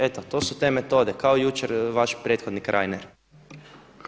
Eto, to su te metode kao jučer vaš prethodnik Reiner.